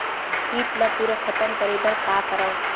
कीट ला पूरा खतम करे बर का करवं?